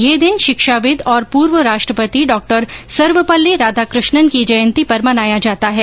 यह दिन शिक्षाविद और पूर्व राष्ट्रपति डॉक्टर सर्वपल्ली राधाकृष्णन की जयंती पर मनाया जाता है